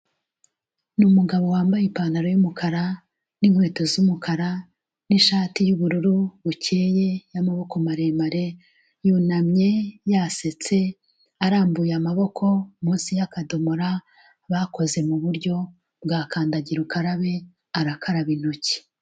Ni umugabo wambaye ipantaro y'umukara, n'inkweto z'umukara, n'ishati y'ubururu bukeye y'amaboko maremare, yunamye yasetse, arambuye amaboko, munsi y'akadomora bakoze mu buryo bwa kandagira ukarabe, arakaraba intoki.